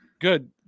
Good